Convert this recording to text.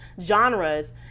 genres